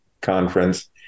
conference